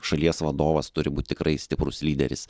šalies vadovas turi būt tikrai stiprus lyderis